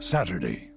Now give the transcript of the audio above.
Saturday